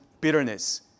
bitterness